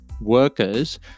workers